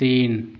तीन